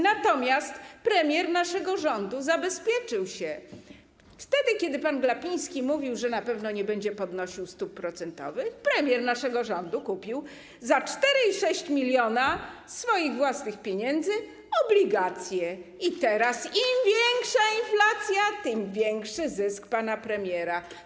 Natomiast premier naszego rządu zabezpieczył się: wtedy kiedy pan Glapiński mówił, że na pewno nie będzie podnosił stóp procentowych, premier naszego rządu kupił za 4,6 mln swoich własnych pieniędzy obligacje i teraz im większa inflacja, tym większy zysk pana premiera.